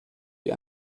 wie